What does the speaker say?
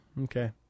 Okay